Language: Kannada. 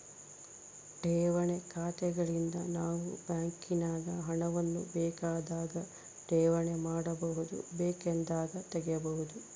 ಠೇವಣಿ ಖಾತೆಗಳಿಂದ ನಾವು ಬ್ಯಾಂಕಿನಾಗ ಹಣವನ್ನು ಬೇಕಾದಾಗ ಠೇವಣಿ ಮಾಡಬಹುದು, ಬೇಕೆಂದಾಗ ತೆಗೆಯಬಹುದು